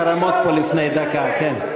זכור לי שמישהו דיבר נגד חרמות פה לפני דקה, כן.